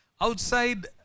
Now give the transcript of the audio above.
Outside